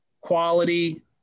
quality